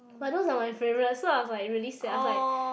but those are my favourite so I was like really sad I was like